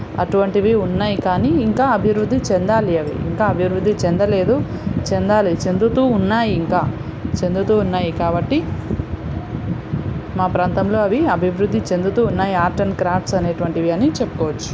అటువంటివి ఉన్నాయి కానీ ఇంకా అభివృద్ధి చెందాలి అవి ఇంకా అభివృద్ధి చెందలేదు చెందాలి చెందుతూ ఉన్నాయి ఇంకా చెందుతూ ఉన్నాయి కాబట్టి మా ప్రాంతంలో అవి అభివృద్ధి చెందుతూ ఉన్నాయి ఆర్ట్ అండ్ క్రాఫ్ట్స్ అనేటువంటివి అని చెప్పుకోవచ్చు